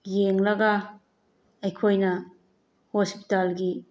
ꯌꯦꯡꯂꯒ ꯑꯩꯈꯣꯏꯅ ꯍꯣꯁꯄꯤꯇꯥꯜꯒꯤ